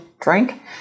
drink